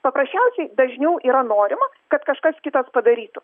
paprasčiausiai dažniau yra norima kad kažkas kitas padarytų